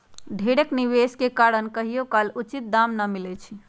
ढेरेक निवेश के कारण कहियोकाल उचित दाम न मिलइ छै